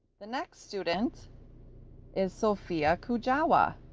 the next student is sophia kujawa,